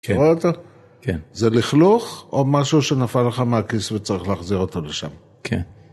כן. רואה אותו? כן. זה לכלוך, או משהו שנפל לך מהכיס וצריך להחזיר אותו לשם. כן.